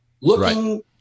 looking